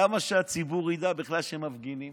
למה שהציבור ידע בכלל שמפגינים?